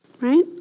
right